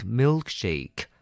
milkshake